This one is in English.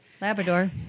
Labrador